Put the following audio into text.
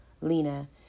lena